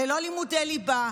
ללא לימודי ליבה.